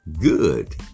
good